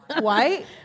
White